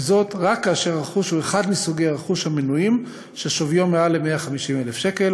רק כאשר הרכוש הוא אחד מסוגי הרכוש המנויים ששוויו מעל ל-150,000 שקל,